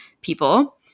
people